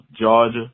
Georgia